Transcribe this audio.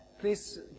please